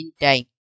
time